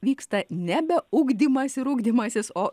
vyksta nebe ugdymąs ir ugdymasis o